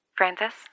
Francis